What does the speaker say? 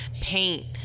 paint